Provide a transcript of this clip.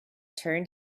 turned